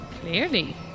Clearly